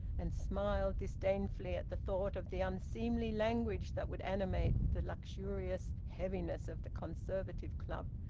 and smiled disdainfully at the thought of the unseemly language that would animate the luxurious heaviness of the conservative club,